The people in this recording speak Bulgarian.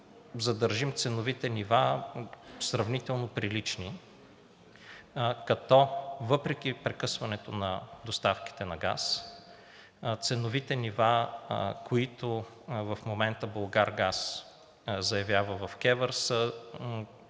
задържим ценовите нива сравнително прилични, като въпреки прекъсването на доставките на газ ценовите нива, които в момента „Булгаргаз“ заявява в КЕВР,